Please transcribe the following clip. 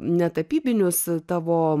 netapybinius tavo